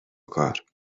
کار